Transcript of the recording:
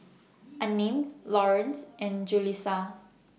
Unnamed Lawrence and Jaleesa